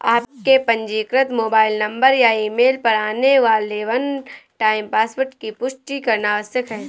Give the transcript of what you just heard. आपके पंजीकृत mobile number या ईमेल पर आने वाले वन टाइम पासवर्ड की पुष्टि करना आवश्यक है